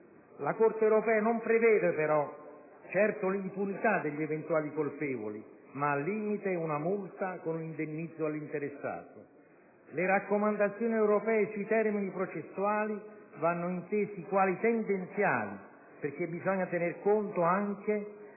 di giudizio, ma non prevede certo l'impunità degli eventuali colpevoli, quanto, al limite, una multa con un indennizzo all'interessato. Le raccomandazioni europee sui termini processuali vanno intese quali tendenziali, perché bisogna tener conto anche